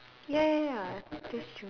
ya ya ya that's true